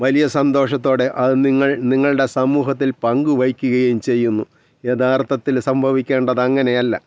വലിയ സന്തോഷത്തോടെ അത് നിങ്ങൾ നിങ്ങളുടെ സമൂഹത്തിൽ പങ്ക് വയ്ക്കുകയും ചെയ്യുന്നു യഥാർത്ഥത്തിൽ സംഭവിക്കേണ്ടത് അങ്ങനെയല്ല